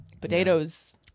potatoes